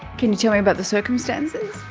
can you tell me about the circumstances?